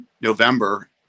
November